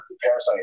Parasite